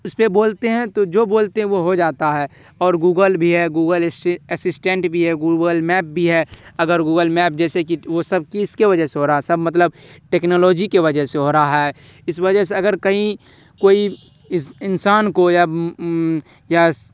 اس پہ بولتے ہیں تو جو بولتے ہیں وہ ہو جاتا ہے اور گوگل بھی ہے گوگل اسسٹنٹ بھی ہے گوگل میپ بھی ہے اگر گوگل میپ جیسے کہ وہ کس کے وجہ سے ہو رہا ہے سب مطلب ٹیکنالوجی کے وجہ سے ہو رہا ہے اس وجہ سے اگر کہیں کوئی انسان کو یا یا